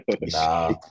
Nah